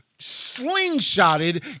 slingshotted